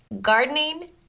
gardening